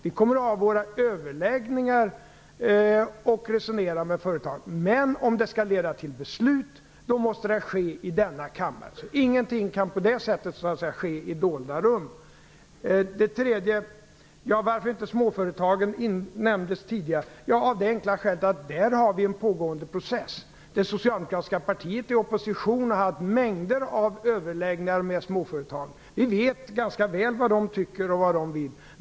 Vi kommer att ha överläggningar och resonera med företagen. Men besluten kommer att fattas i denna kammare. Ingenting kan ske i det dolda. Vidare var det frågan om varför småföretagen inte nämndes tidigare i regeringsförklaringen. Det är av det enkla skälet att där är det fråga om en pågående process. Det socialdemokratiska partiet har under sin tid i opposition haft mängder med överläggningar med småföretagen. Vi vet ganska väl vad de tycker och vad de vill.